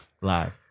Live